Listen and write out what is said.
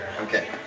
Okay